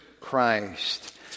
Christ